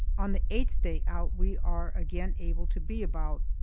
on the eighth day out we are again able to be about.